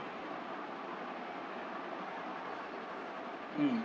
mm